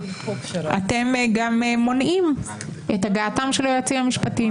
אתם גם מונעים את הגעתם של היועצים המשפטיים.